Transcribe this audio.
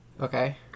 Okay